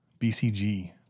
BCG